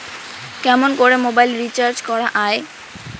কেমন করে mobile recharge করা য়ায়?